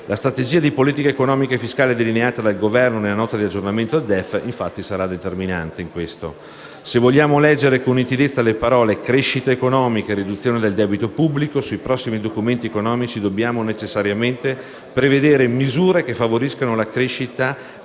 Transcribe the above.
La strategia di politica economica e fiscale delineata dal Governo nella Nota di aggiornamento al DEF sarà determinante in tal senso. Se vogliamo leggere con nitidezza le parole «crescita economica» e «riduzione del debito pubblico» sui prossimi documenti economici, dobbiamo necessariamente prevedere misure che favoriscano la crescita della